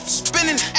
spinning